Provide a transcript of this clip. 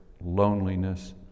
loneliness